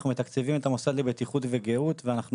אנחנו מתקצבים את המוסד לבטיחות ולגיהות ואנחנו